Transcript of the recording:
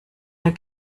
der